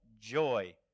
joy